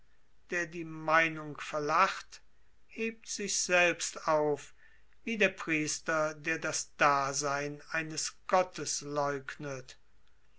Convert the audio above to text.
der die meinung verlacht hebt sich selbst auf wie der priester der das dasein eines gottes leugnet